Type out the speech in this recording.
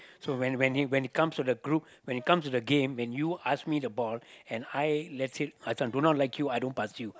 so when when when it comes to the group when it comes to the game when you pass me the ball and I let's say I think one I do not like you I don't pass you